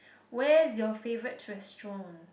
where's your favourite restaurant